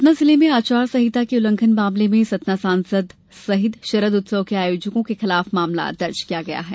सतना जिले में आचार संहिता के उल्लंघन मामले में सतना सांसद सहित शरद उत्सव के आयोजकों के विरूद्ध मामला दर्ज किया है